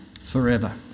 forever